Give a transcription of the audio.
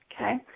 okay